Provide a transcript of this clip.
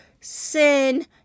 sin